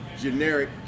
generic